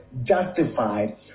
justified